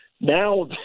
Now